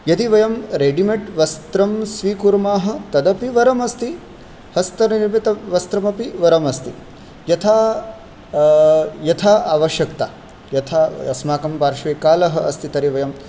यदि वयं रेडिमेड् वस्त्रं स्वीकुर्मः तदपि वरमस्ति हस्तनिर्मितवस्त्रमपि वरमस्ति यथा यथा आवश्यकता यथा अस्माकं पार्श्वे कालः अस्ति तर्हि वयं